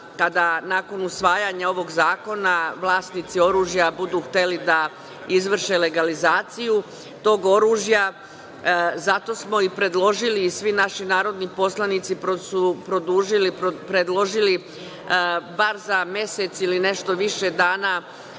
kada nakon usvajanja ovog zakona vlasnici oružja budu hteli da izvrše legalizaciju tog oružja. Zato smo i predložili, i svi naši narodni poslanici su predložili produžetak bar za mesec ili nešto više dana,